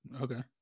Okay